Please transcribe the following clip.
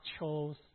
chose